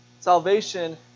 Salvation